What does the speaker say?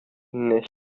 nicht